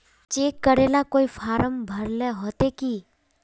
Cheque करेला कोई फारम भरेले होते की?